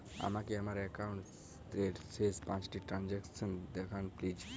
আমাকে আমার একাউন্টের শেষ পাঁচটি ট্রানজ্যাকসন দেখান প্লিজ